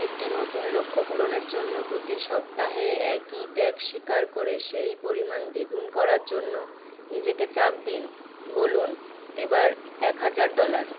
একটি নতুন লক্ষ্য পূরণের জন্য প্রতি সপ্তাহে একই ত্যাগ স্বীকার করে সেই পরিমাণ দ্বিগুণ করার জন্য নিজেকে চাপ দিন বলুন এবার এক হাজার ডলার